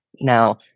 Now